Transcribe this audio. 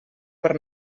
per